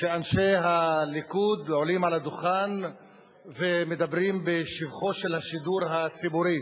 שאנשי הליכוד עולים על הדוכן ומדברים בשבחו של השידור הציבורי.